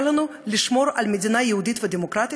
לנו לשמור על מדינה יהודית ודמוקרטית,